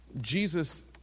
Jesus